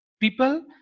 people